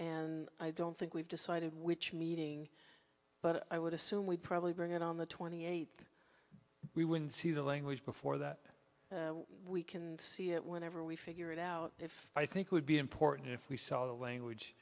and i don't think we've decided which meeting but i would assume we probably bring it on the twenty eighth we would see the language before that we can see it whenever we figure it out if i think would be important if we saw the language